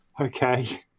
Okay